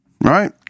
right